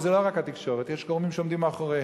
וזה לא רק התקשורת, יש גורמים שעומדים מאחוריהם.